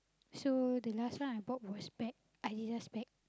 so the last one I bought was bag Adidas bag